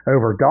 Over